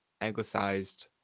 anglicized